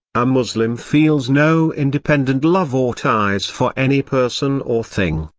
a muslim feels no independent love or ties for any person or thing.